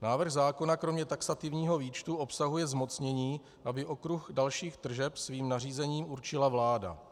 Návrh zákona kromě taxativního výčtu obsahuje zmocnění, aby okruh dalších tržeb svým nařízením určila vláda.